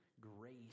grace